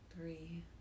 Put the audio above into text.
Three